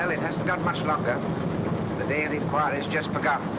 um it hasn't got much longer. the day of inquiry has just begun.